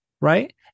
right